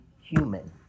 human